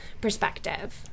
perspective